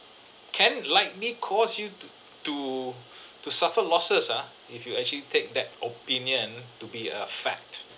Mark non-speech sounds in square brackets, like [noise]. can likely cause you to to [breath] to suffer losses ah if you actually take that opinion to be a fact